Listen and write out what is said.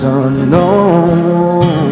unknown